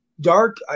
dark